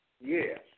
Yes